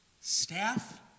Staff